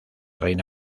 reina